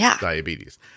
diabetes